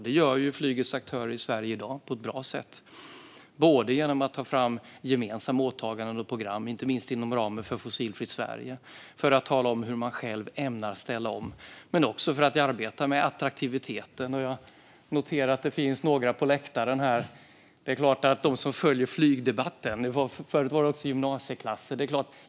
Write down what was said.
Det gör flygets aktörer i Sverige i dag på ett bra sätt, både genom att ta fram gemensamma åtaganden och program, inte minst inom ramen för Fossilfritt Sverige, för att tala om hur man själv ämnar ställa om och för att arbeta med attraktiviteten. Jag noterar att det finns några på läktaren som följer debatten.